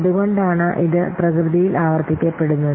അതുകൊണ്ടാണ് ഇത് പ്രകൃതിയിൽ ആവർത്തിക്കപ്പെടുന്നത്